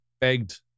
begged